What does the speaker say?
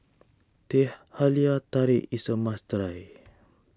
Teh Halia Tarik is a must try